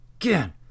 again